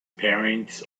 parents